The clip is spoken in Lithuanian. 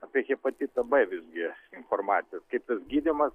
apie hepatitą b visgi informacijos kaip tas gydymas